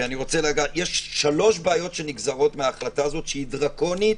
יש שלוש בעיות שנגזרות מההחלטה הזאת, שהיא דרקונית